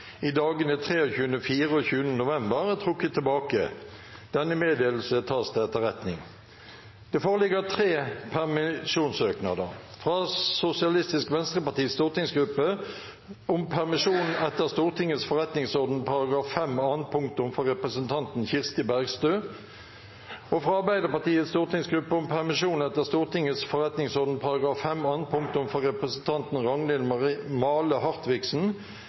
i dagene 23. og 24. november er trukket tilbake. – Denne meddelelse tas til etterretning. Det foreligger tre permisjonssøknader: fra SVs stortingsgruppe om permisjon etter Stortingets forretningsorden § 5 annet punktum for representanten Kirsti Bergstø og fra Arbeiderpartiets stortingsgruppe om permisjon etter Stortingets forretningsorden § 5 annet punktum for representanten Ragnhild Male Hartviksen